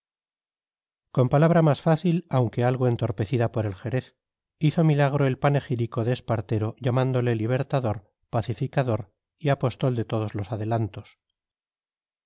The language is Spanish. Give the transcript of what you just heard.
con palabra más fácil aunque algo entorpecida por el jerez hizo milagro el panegírico de espartero llamándole libertador pacificador y apóstol de todos los adelantos